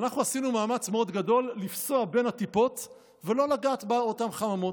אנחנו עשינו מאמץ מאוד גדול לפסוע בין הטיפות ולא לגעת באותן חממות.